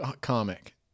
comic